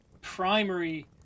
primary